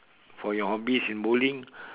for your hobbies in bowling